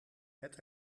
het